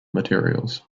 materials